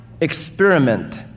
experiment